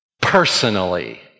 personally